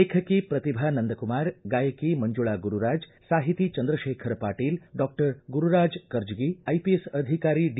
ಲೇಖಕಿ ಶ್ರತಿಭಾ ನಂದಕುಮಾರ್ ಗಾಯಕಿ ಮಂಜುಳಾ ಗುರುರಾಜ್ ಸಾಹಿತಿ ಚಂದ್ರಶೇಖರ್ ಪಾಟೀಲ್ ಡಾಕ್ಟರ್ ಗುರುರಾಜ್ ಕರ್ಜಗಿ ಐಪಿಎಸ್ ಅಧಿಕಾರಿ ಡಿ